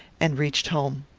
and reached home.